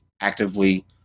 actively